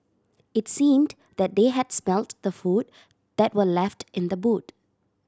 it seemed that they had smelt the food that were left in the boot